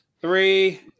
three